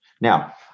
Now